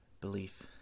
belief